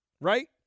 right